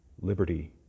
liberty